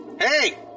Hey